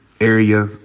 area